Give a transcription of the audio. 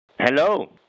Hello